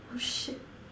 oh shit